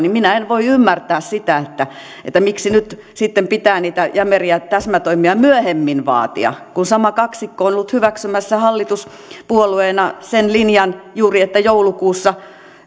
minä en voi ymmärtää sitä sitä miksi nyt sitten myöhemmin pitää niitä jämeriä täsmätoimia vaatia kun sama kaksikko on ollut hyväksymässä hallituspuolueena juuri sen linjan kun joulukuussa